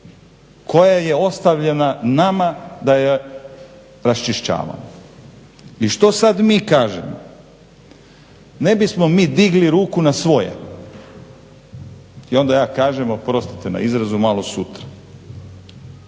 koja je ostavljena nama da je raščišćavamo. I što sad mi kažemo? Ne bismo mi digli ruku na svoje. I onda ja kažem oprostite na izrazu malo sutra.